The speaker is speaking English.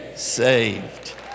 saved